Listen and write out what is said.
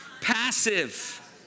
passive